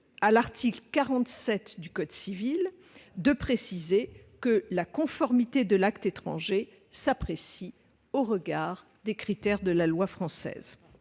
à l'article 47 du code civil, que la conformité de l'acte étranger s'apprécie au regard des critères de la loi française.